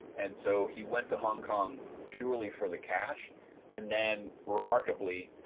and so, he went to hong kong purely for the cash and then remarkably,